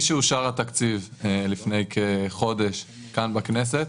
משאושר התקציב לפני כחודש כאן בכנסת,